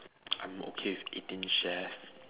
I'm okay with eighteen-chefs